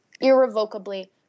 irrevocably